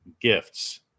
gifts